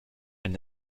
elle